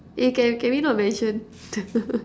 eh can can we not mention